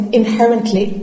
inherently